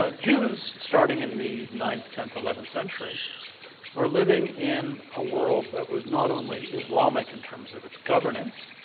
ah jews starting in the ninth, tenth, eleventh century were living in a world that was not only islamic in terms of it's governance,